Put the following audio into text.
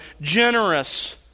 generous